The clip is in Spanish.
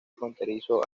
fronterizo